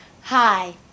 Hi